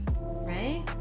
Right